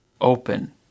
Open